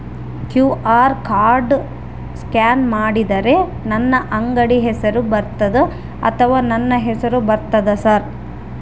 QR code scan ಮಾಡಿದರೆ ನನ್ನ ಅಂಗಡಿ ಹೆಸರು ಬರ್ತದೋ ಅಥವಾ ನನ್ನ ಹೆಸರು ಬರ್ತದ ಸರ್?